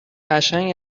قشنگ